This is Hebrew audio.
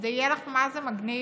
שזה יהיה לך מה זה מגניב